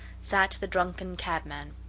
sat the drunken cabman.